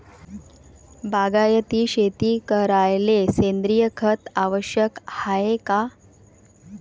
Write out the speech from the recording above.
बागायती शेती करायले सेंद्रिय खत आवश्यक हाये का?